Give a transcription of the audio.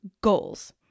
goals